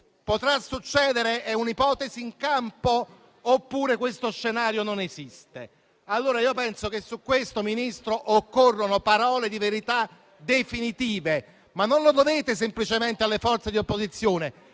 Potrà succedere? È un'ipotesi in campo oppure questo scenario non esiste? Io penso che su questo, signora Ministro, occorrano parole di verità definitive: non lo dovete semplicemente alle forze di opposizione,